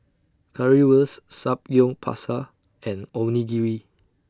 Currywurst Samgyeopsal and Onigiri